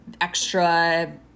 extra